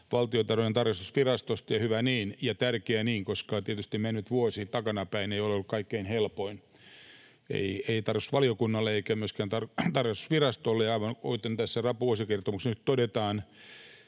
Valtiontalouden tarkastusvirastosta, ja hyvä niin ja tärkeä niin, koska tietysti mennyt vuosi takanapäin ei ole ollut kaikkein helpoin, ei tarkastusvaliokunnalle eikä myöskään tarkastusvirastolle. Aivan kuten tässä vuosikertomuksessa nyt todetaan